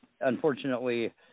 unfortunately